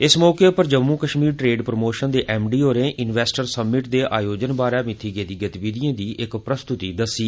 इस मौके उप्पर जम्मू कश्मीर ट्रेड प्रमोशन दे एम डी होरें इनवैस्टर समिट दे आयोजन बारे मित्थी गेदी गतिविधिएं दी इक प्रस्तुति दस्सी